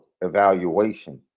evaluation